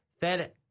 fed